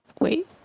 wait